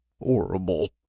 horrible